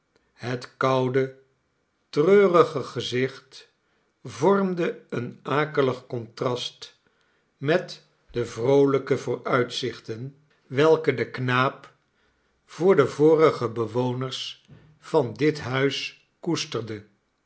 het koude treurige gezicht vormde een akelig contrast met de vroolijke vooruitzichten nelly welke de knaap voor de vorige bewoners van dit huis koesterde